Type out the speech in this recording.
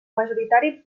majoritari